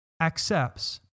accepts